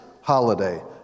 holiday